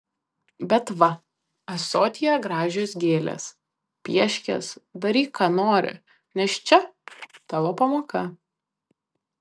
bet va ąsotyje gražios gėlės piešk jas daryk ką nori nes čia tavo pamoka